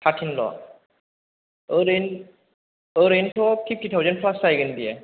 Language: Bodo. टार्टटिनल' ओरै ओरैनोथ' फिफटि थावजेन्ड प्लास जाहैगोन बियो